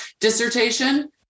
dissertation